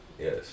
Yes